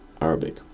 Arabic